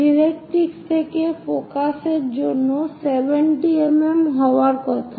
directrix থেকে ফোকাসের জন্য 70 mm হওয়ার কথা